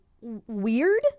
weird